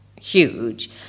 huge